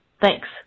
Thanks